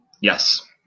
Yes